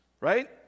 right